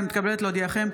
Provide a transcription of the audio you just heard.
אני מתכבדת להודיעכם,